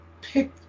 pick